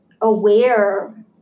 aware